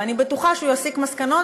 ואני בטוחה שהוא יסיק מסקנות,